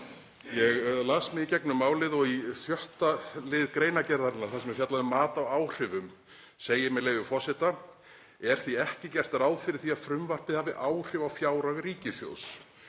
Ég las mig í gegnum málið og í sjötta lið greinargerðarinnar þar sem er fjallað um mat á áhrifum segir, með leyfi forseta: „Er því ekki gert ráð fyrir því að frumvarpið hafi áhrif á fjárhag ríkissjóðs